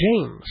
James